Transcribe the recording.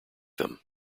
them